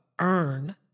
earn